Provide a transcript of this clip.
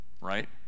right